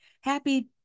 Happy